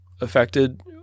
affected